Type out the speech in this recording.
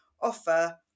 offer